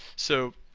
so,